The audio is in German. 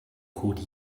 code